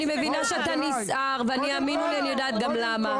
אני מבינה שאתה נסער והאמן לי שאני יודעת גם למה.